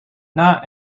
not